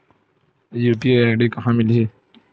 UPI ID कहां ले मिलही?